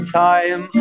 time